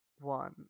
one